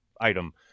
item